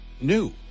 new